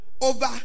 over